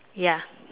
ya